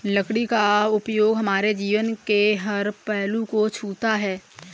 लकड़ी का उपयोग हमारे जीवन के हर पहलू को छूता है